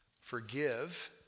forgive